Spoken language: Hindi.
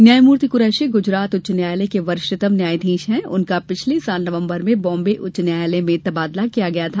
न्यायमूर्ति क्रैशी गुजरात उच्च न्यायालय के वरिष्ठतम न्यायाधीश हैं उनका पिछले साल नवंबर में बाम्बे उच्च न्यायालय में तबादला किया गया था